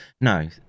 no